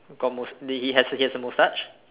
got mous~ he he has a moustache